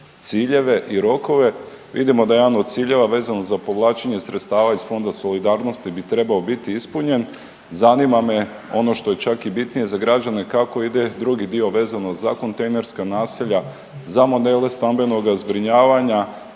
ciljeve i rokove, vidimo da jedan od ciljeva vezano za povlačenje sredstava iz Fonda solidarnosti bi trebao biti ispunjen. Zanima me ono što je čak i bitnije za građane kako ide drugi dio vezano za kontejnerska naselja, za modele stambenoga zbrinjavanja